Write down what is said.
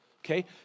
Okay